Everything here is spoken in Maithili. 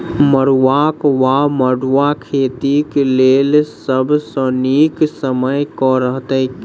मरुआक वा मड़ुआ खेतीक लेल सब सऽ नीक समय केँ रहतैक?